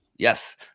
Yes